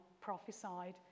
prophesied